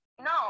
No